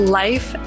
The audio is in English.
life